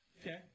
Okay